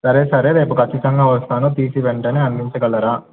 సరే సరే రేపు ఖచ్చింగా వస్తాను టిసి వెంటనే అందించగలరా